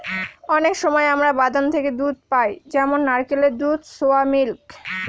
অনেক সময় আমরা বাদাম থেকে দুধ পাই যেমন নারকেলের দুধ, সোয়া মিল্ক